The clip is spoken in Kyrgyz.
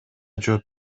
жооп